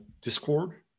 Discord